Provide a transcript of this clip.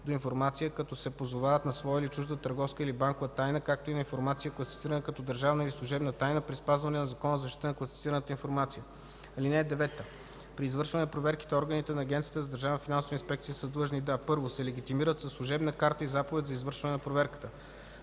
до информация, като се позовават на своя или чужда търговска или банкова тайна, както и на информация, класифицирана като държавна или служебна тайна, при спазване на Закона за защита на класифицираната информация. (9) При извършване на проверките органите на Агенцията за държавна финансова инспекция са длъжни да: 1. се легитимират със служебна карта и заповед за извършване на проверката;